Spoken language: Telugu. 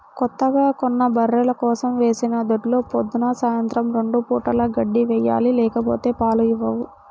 కొత్తగా కొన్న బర్రెల కోసం వేసిన దొడ్లో పొద్దున్న, సాయంత్రం రెండు పూటలా గడ్డి వేయాలి లేకపోతే పాలు ఇవ్వవు